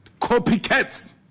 Copycats